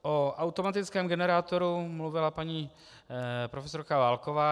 O automatickém generátoru mluvila paní profesorka Válková.